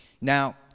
Now